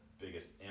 biggest